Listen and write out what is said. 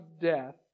death